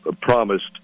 promised